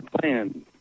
plan